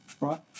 Right